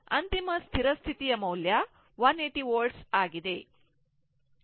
ಅಂತಿಮ ಸ್ಥಿರ ಸ್ಥಿತಿಯ ಮೌಲ್ಯ 180 Volt ಆಗಿದೆ